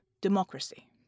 democracy